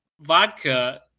vodka